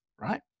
right